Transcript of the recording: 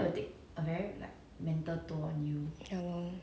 that time my rabbit die also cried ya 我哭很多 eh